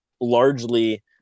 largely